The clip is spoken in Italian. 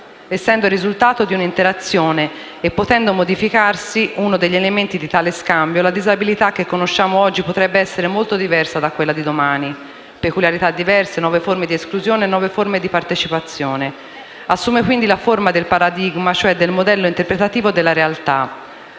Essendo il risultato di un'interazione, e potendo modificarsi uno degli elementi di tale scambio, la disabilità che conosciamo oggi potrebbe essere molto diversa da quella di domani (peculiarità diverse, nuove forme di esclusione, nuove forme di partecipazione). Assume, quindi, la forma del paradigma, cioè del modello interpretativo della realtà.